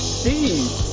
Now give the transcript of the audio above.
Steve